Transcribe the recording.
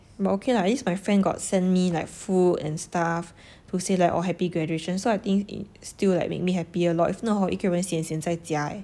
but okay lah at least my friend got send me like food and stuff to say like orh happy graduation so I think still like make me happier lor if not hor 一个人 sian sian 在家